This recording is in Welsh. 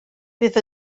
bydd